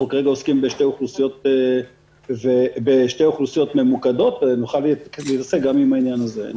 אנחנו כרגע עוסקים בשתי אוכלוסיות ממוקדות ונוכל להתעסק גם בעניין הזה.